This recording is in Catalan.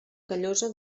callosa